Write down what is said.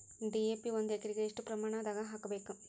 DAP ಒಂದು ಎಕರಿಗ ಎಷ್ಟ ಪ್ರಮಾಣದಾಗ ಹಾಕಬೇಕು?